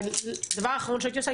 הדבר האחרון שהייתי עושה,